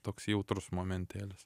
toks jautrus momentėlis